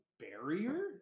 barrier